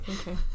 Okay